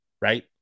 right